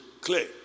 clear